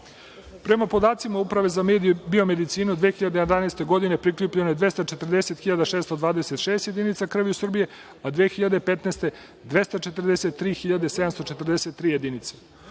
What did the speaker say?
krvi. Prema podacima Uprave za medije biomedicina 2011. godine prikupljeno je 240.626 jedinica krvi u Srbiji, a 2015. godine 243.743 jedinice.